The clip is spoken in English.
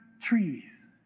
trees